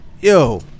Yo